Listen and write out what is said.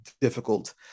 difficult